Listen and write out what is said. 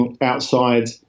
outside